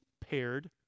paired